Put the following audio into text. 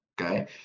okay